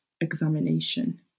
examination